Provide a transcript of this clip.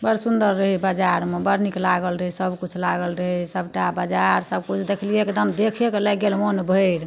बड़ सुन्दर रहै बाजारमे बड़ नीक लागल रहै सबकिछु लागल रहै सबटा बाजार सबकिछु देखलिए एकदम देखिएके लागि गेल मोन भरि